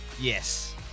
Yes